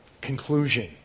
Conclusion